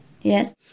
Yes